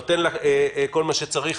נותן לה כל מה שצריך,